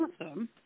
awesome